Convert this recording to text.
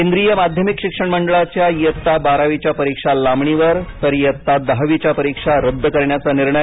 केंद्रीय माध्यमिक शिक्षण मंडळाच्या इयत्ता बारावीच्या परीक्षा लांबणीवर तर इयत्ता दहावीच्या परीक्षा रद्द करण्याचा निर्णय